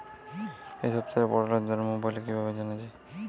এই সপ্তাহের পটলের দর মোবাইলে কিভাবে জানা যায়?